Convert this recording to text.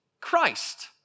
Christ